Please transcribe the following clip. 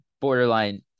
borderline